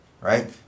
Right